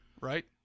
right